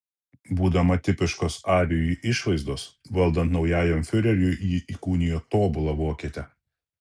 būdama tipiškos arijų išvaizdos valdant naujajam fiureriui ji įkūnijo tobulą vokietę